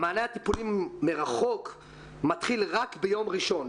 המענה הטיפולי מרחוק מתחיל רק ביום ראשון,